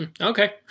Okay